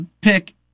pick